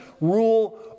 rule